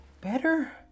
better